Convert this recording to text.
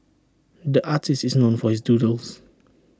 the artist is known for his doodles